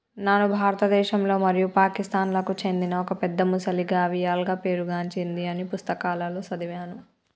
నాను భారతదేశంలో మరియు పాకిస్తాన్లకు చెందిన ఒక పెద్ద మొసలి గావియల్గా పేరు గాంచింది అని పుస్తకాలలో సదివాను